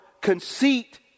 Conceit